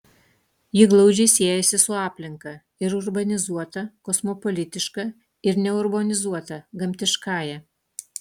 ji glaudžiai siejasi su aplinka ir urbanizuota kosmopolitiška ir neurbanizuota gamtiškąja